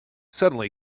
suddenly